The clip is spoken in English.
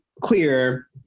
clear